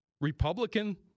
Republican